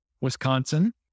Wisconsin